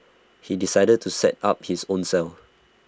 he decided to set up his own cell